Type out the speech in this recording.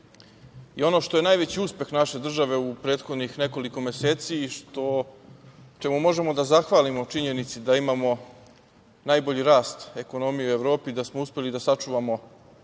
što je najveći uspeh naše države u prethodnih nekoliko meseci, čemu možemo da zahvalimo činjenici da imamo najbolji rast ekonomije u Evropi, da smo uspeli da sačuvamo